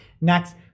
Next